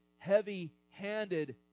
heavy-handed